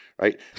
right